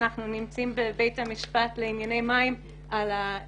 אנחנו נמצאים בבית המשפט לענייני מים לגבי